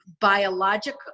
biologic